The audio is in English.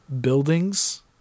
buildings